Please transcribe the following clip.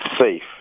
safe